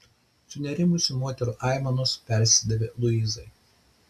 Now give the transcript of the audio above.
sunerimusių moterų aimanos persidavė luizai